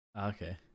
Okay